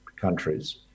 countries